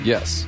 Yes